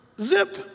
zip